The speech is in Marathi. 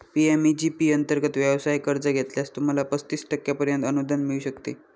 पी.एम.ई.जी पी अंतर्गत व्यवसाय कर्ज घेतल्यास, तुम्हाला पस्तीस टक्क्यांपर्यंत अनुदान मिळू शकते